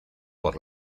por